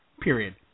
Period